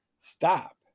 Stop